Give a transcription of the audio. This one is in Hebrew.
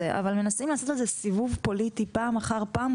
מנסים לעשות על זה סיבוב פוליטי פעם אחר פעם,